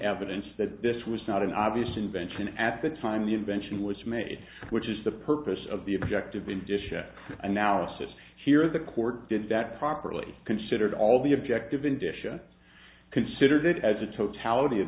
evidence that this was not an obvious invention at the time the invention was made which is the purpose of the objective in disha analysis here the court did that properly considered all the objective in disha consider that as a totality of